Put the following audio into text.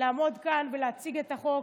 לעמוד כאן ולהציג את החוק,